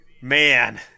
Man